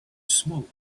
smoke